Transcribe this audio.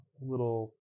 little